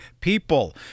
people